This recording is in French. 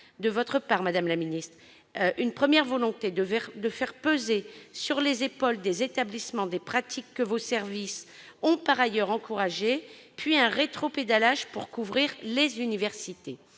de votre part, madame la ministre, une première volonté de faire peser sur les épaules des établissements des pratiques que vos services ont encouragées, avant un rétropédalage visant à couvrir les universités.